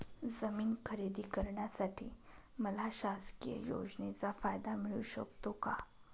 जमीन खरेदी करण्यासाठी मला शासकीय योजनेचा फायदा मिळू शकतो का?